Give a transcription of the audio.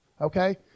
Okay